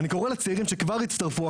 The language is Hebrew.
אני קורא לצעירים שכבר הצטרפו״,